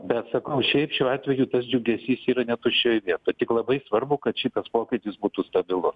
bet sakau šiaip šiuo atveju tas džiugesys yra netuščioj vietoj tik labai svarbu kad šitas pokytis būtų stabilus